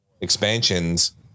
expansions